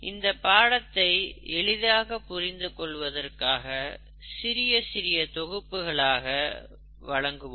இந்த பாடத்தை எளிதாக புரிந்து கொள்வதற்காக சிறிய தொகுப்புகளாக வழங்குவோம்